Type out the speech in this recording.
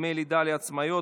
דמי לידה לעצמאיות,